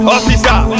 Officer